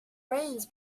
rains